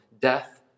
death